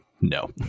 No